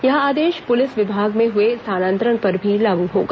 यह आदेश पुलिस विभाग में हुए स्थानांतरण पर भी लागू होगा